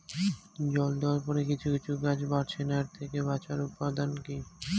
জল দেওয়ার পরে কিছু কিছু গাছ বাড়ছে না এর থেকে বাঁচার উপাদান কী?